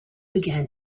began